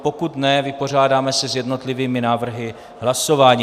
Pokud ne, vypořádáme se s jednotlivými návrhy hlasováním.